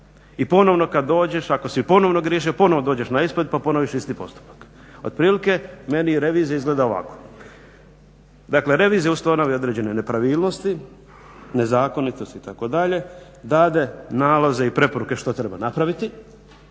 I ponovno kad dođeš ako si ponovno griješio ponovno dođeš na ispovijed pa ponoviš isti postupak. Otprilike meni revizija izgleda ovako. Dakle, revizija ustanovi određene nepravilnosti, nezakonitosti itd., dade nalaze i preporuke što treba napraviti